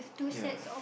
ya